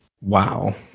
Wow